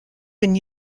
been